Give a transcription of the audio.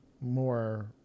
more